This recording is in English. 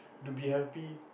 to be happy